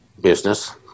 business